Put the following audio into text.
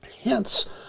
Hence